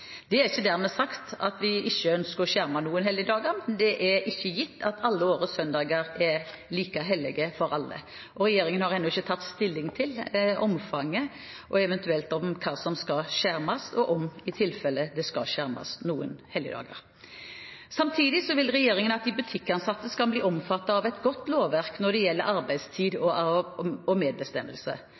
Det er ikke dermed sagt at vi ikke ønsker å skjerme noen helligdager, men det er ikke gitt at alle årets søndager er like hellige for alle. Regjeringen har ennå ikke tatt stilling til omfanget og hva som eventuelt skal skjermes, og om noen helligdager i tilfelle skal skjermes. Samtidig vil regjeringen at de butikkansatte skal bli omfattet av et godt lovverk når det gjelder arbeidstid og